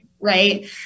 right